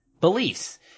beliefs